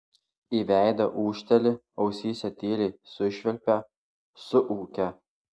į veidą ūžteli ausyse tyliai sušvilpia suūkia